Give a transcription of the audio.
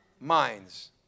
minds